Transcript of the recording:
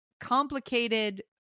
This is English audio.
complicated